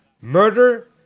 murder